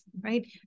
right